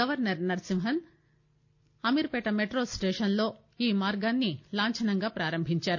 governor Narasimhan Ameerpet metro స్లేషన్లో ఈ మార్గాన్సి లాంఛనంగా ప్రారంభించారు